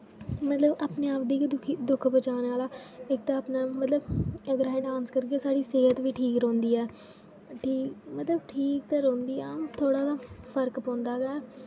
मतलब अपने आप गी गै दुखी दुख पजाने आह्ला इक ते अपना मतलब इक ते अगर अस डांस करगे साढ़ी सेह्त बी ठीक रौह्नंदी ऐ ठीक मतलब कि ठीक ते रौह्नंदी ऐ थोह्ड़ा ते फर्क पौंदा ऐ